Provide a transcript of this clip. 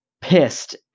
pissed